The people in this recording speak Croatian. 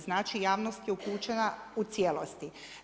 Znači javnost je upućena u cijelosti.